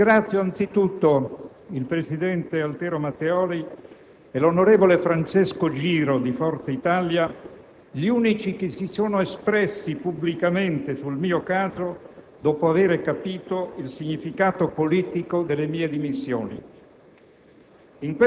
ringrazio anzitutto il presidente Altero Matteoli e l'onorevole Francesco Giro di Forza Italia, gli unici che si sono espressi pubblicamente sul mio caso dopo avere capito il significato politico delle mie dimissioni.